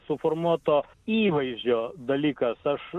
suformuoto įvaizdžio dalykas aš